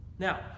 Now